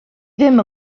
ddim